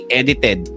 edited